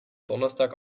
donnerstag